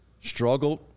struggled